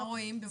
מה רואים?